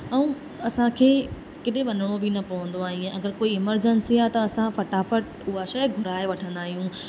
ऐं असांखे केॾांहुं वञिणो बि न पवंदो आहे ईअं अगरि कोई एमरजेंसी त असां फटाफट उहा शइ घुराए वठंदा आहियूं